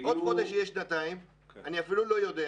עוד חודש יהיה שנתיים ואני אפילו לא יודע